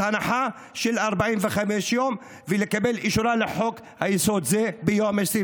הנחה של 45 יום ולקבל את אישורה לחוק-יסוד זה ביום 22